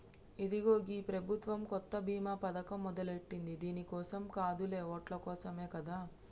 ఇదిగో గీ ప్రభుత్వం కొత్త బీమా పథకం మొదలెట్టింది దీని కోసం కాదులే ఓట్ల కోసమే కదా